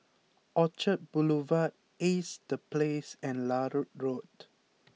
Orchard Boulevard Ace The Place and Larut Road